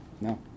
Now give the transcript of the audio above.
No